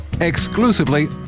exclusively